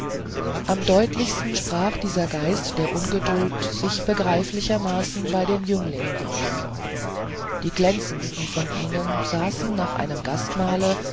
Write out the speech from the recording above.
am deutlichsten sprach dieser geist der ungeduld sich begreiflichermaßen bei den jünglingen aus die glänzendsten von ihnen saßen nach einem